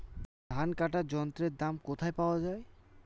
ধান কাটার যন্ত্রের দাম কোথায় পাওয়া যায়?